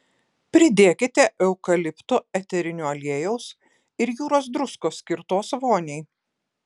pridėkite eukalipto eterinio aliejaus ir jūros druskos skirtos voniai